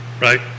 right